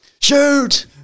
shoot